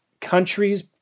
countries